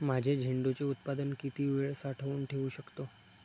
माझे झेंडूचे उत्पादन किती वेळ साठवून ठेवू शकतो?